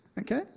okay